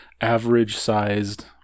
average-sized